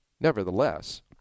nevertheless